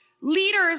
leaders